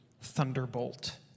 thunderbolt